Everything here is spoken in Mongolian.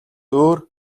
өөр